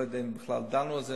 לא יודע אם בכלל דנו על זה,